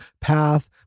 path